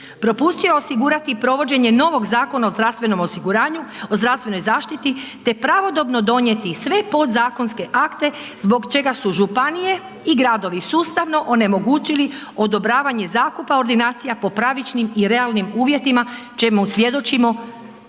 Propustio je osigurati provođenje novog Zakona o zdravstvenoj zaštiti te pravodobno donijeti sve podzakonske akte zbog čega su županije i gradovi sustavno onemogućili odobravanje zakupa ordinacija po pravičnim i realnim uvjetima čemu svjedočimo